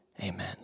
amen